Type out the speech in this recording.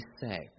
say